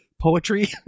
poetry